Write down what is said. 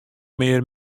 mear